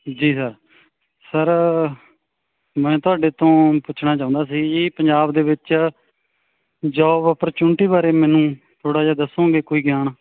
ਜੀ sir sir ਮੈਂ ਤੁਹਾਡੇ ਤੋਂ ਪੁੱਛਣਾ ਚਾਹੁੰਦਾ ਸੀ ਜੀ ਪੰਜਾਬ ਦੇ ਵਿੱਚ ਜੋਬ ਓਪਰਚੁਨਿਟੀ ਬਾਰੇ ਮੈਨੂੰ ਥੋੜ੍ਹਾ ਜਿਹਾ ਦੱਸੋਂਗੇ ਕੋਈ ਗਿਆਨ